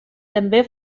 també